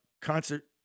concert